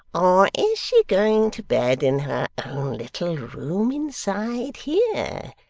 or is she going to bed in her own little room inside here?